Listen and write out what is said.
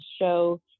show